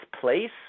place